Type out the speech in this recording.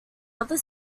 other